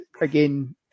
again